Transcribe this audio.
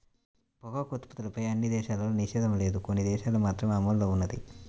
పొగాకు ఉత్పత్తులపైన అన్ని దేశాల్లోనూ నిషేధం లేదు, కొన్ని దేశాలల్లో మాత్రమే అమల్లో ఉన్నది